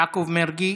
יעקב מרגי,